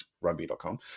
rugby.com